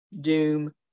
doom